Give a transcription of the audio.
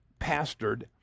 pastored